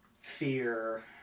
fear